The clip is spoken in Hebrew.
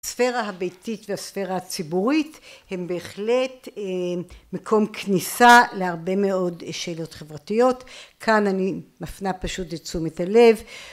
הספירה הביתית והספירה הציבורית הם בהחלט מקום כניסה להרבה מאוד שאלות חברתיות, כאן אני מפנה פשוט את תשומת הלב